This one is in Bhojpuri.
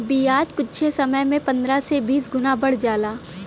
बियाज कुच्छे समय मे पन्द्रह से बीस गुना बढ़ जाला